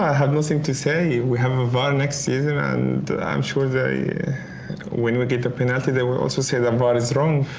have nothing to say. we have ah var next season, and i'm sure that when we get the penalty they will also say that var is wrong.